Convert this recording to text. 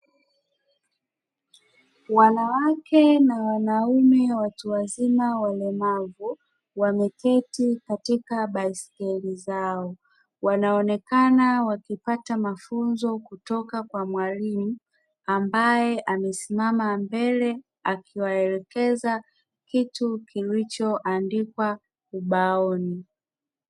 Wanawake na wanaume watu wazima walemevu wameketi katika baiskeli zao wanaonekana wakipata mafunzo kutoka kwa mwalimu ambaye amesimama mbele, akiwaelekeza kitu kilichoandikwa ubaoni.